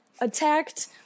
attacked